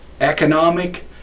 economic